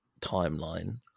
timeline